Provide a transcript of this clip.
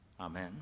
Amen